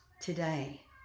today